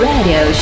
Radio